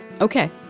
Okay